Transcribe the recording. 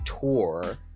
tour